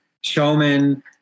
showman